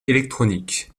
électronique